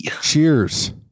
Cheers